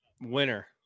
winner